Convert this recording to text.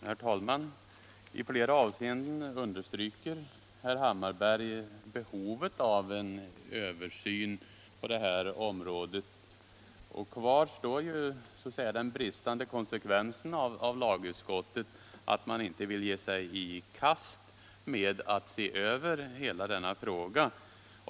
Herr talman! I flera avseenden understryker herr Hammarberg behovet av en översyn inom det här området, och kvar står den bristande konsekvensen i lagutskottets handlande i och med att man inte vill ge sig i kast med att se över hela denna fråga.